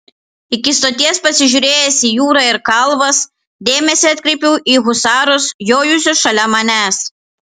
iki soties prisižiūrėjęs į jūrą ir kalvas dėmesį atkreipiau į husarus jojusius šalia manęs